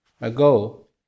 ago